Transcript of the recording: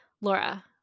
Laura